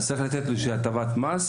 אז צריך לתת לו איזו שהיא הטבת מס,